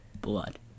blood